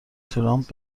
ترامپ